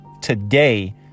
today